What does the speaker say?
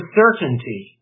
certainty